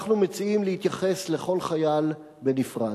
אנחנו מציעים להתייחס לכל חייל בנפרד.